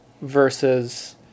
versus